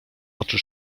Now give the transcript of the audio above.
oczy